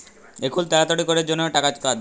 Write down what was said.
এখুল তাড়াতাড়ি ক্যরের জনহ টাকার কাজ